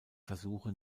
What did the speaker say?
versuche